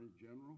General